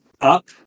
up